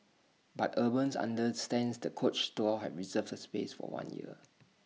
but urban understands the coach store have reserved the space for one year